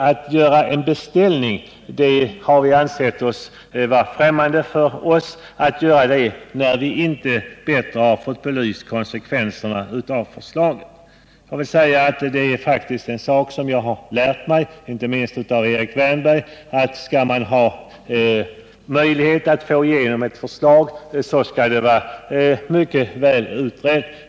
Att göra en beställning har vi ansett oss vara främmande för, när vi inte har fått konsekvenserna av förslagen bättre belysta. En sak som jag har lärt mig, inte minst av Erik Wärnberg, är faktiskt att skall man ha möjlighet att få igenom ett förslag så skall det vara mycket väl utrett.